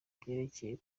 kubyerekeye